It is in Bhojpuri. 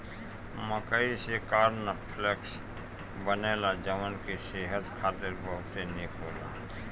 मकई से कॉर्न फ्लेक्स बनेला जवन की सेहत खातिर बहुते निक होला